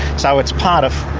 so it's part of.